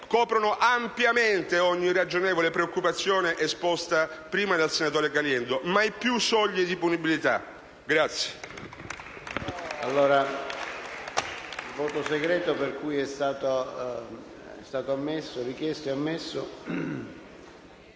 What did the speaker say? coprono ampiamente ogni ragionevole preoccupazione esposta dal senatore Caliendo. Mai più soglie di non punibilità!